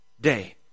day